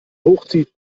hochzieht